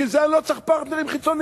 בשביל זה אני לא צריך פרטנרים חיצוניים.